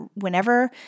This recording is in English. whenever